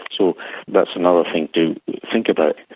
so that's another thing to think about.